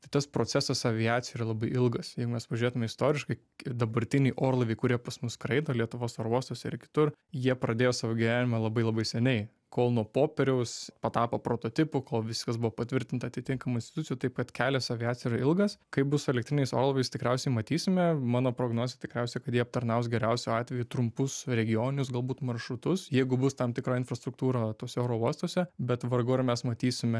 tai tas procesas aviacijoj yra labai ilgas jeigu mes pažiūrėtume istoriškai ir dabartiniai orlaiviai kurie pas mus skraido lietuvos oro uostuose ir kitur jie pradėjo savo gyvenimą labai labai seniai kol nuo popieriaus patapo prototipu kol viskas buvo patvirtinta atitinkamų institucijų taip pat kelias į aviaciją yra ilgas kaip bus su elektriniais orlaiviais tikriausiai matysime mano prognozė tikriausiai kad jie aptarnaus geriausiu atveju trumpus regioninius galbūt maršrutus jeigu bus tam tikra infrastruktūra tuose oro uostuose bet vargu ar mes matysime